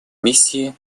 миссии